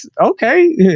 okay